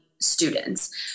students